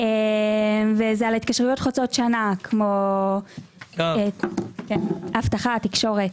על התקשרויות חוצות שנה כמו אבטחה, תקשורת.